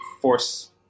force